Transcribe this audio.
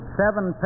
seven